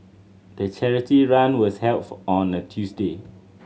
the charity run was held for on a Tuesday